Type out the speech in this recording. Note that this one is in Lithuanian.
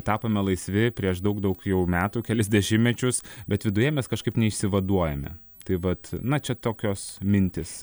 tapome laisvi prieš daug daug jau metų kelis dešimtmečius bet viduje mes kažkaip neišsivaduojame tai vat na čia tokios mintys